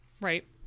Right